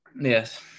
Yes